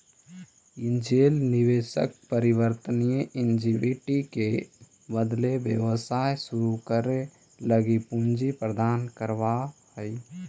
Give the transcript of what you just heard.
angel निवेशक परिवर्तनीय equity के बदले व्यवसाय शुरू करे लगी पूंजी प्रदान करऽ हइ